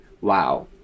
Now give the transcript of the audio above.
wow